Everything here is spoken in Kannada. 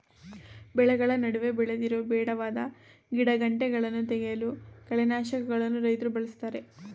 ಬೆಳೆಗಳ ನಡುವೆ ಬೆಳೆದಿರುವ ಬೇಡವಾದ ಗಿಡಗಂಟೆಗಳನ್ನು ತೆಗೆಯಲು ಕಳೆನಾಶಕಗಳನ್ನು ರೈತ್ರು ಬಳ್ಸತ್ತರೆ